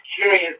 curious